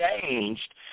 changed